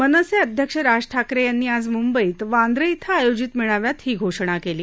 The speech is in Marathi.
मनसे अध्यक्ष राज ठाकरे यांनी आज मुंबईत वांद्रे इथं आयोजित मेळाव्यात ही घोषणा केली